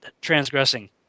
transgressing